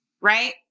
right